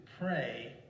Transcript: pray